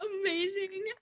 amazing